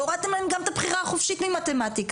הורדתם להם גם את הבחירה החופשית ממתמטיקה,